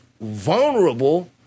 vulnerable